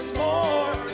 more